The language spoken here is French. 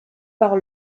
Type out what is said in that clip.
par